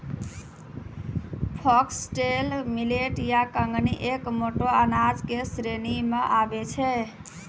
foxtail millet या कंगनी एक मोटो अनाज के श्रेणी मॅ आबै छै